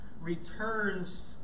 returns